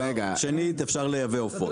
שנית, אפשר לייבא עופות.